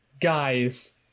guys